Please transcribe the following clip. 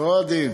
קודים.